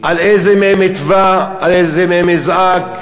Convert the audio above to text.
על איזה מהם אתבע, על איזה מהם אזעק.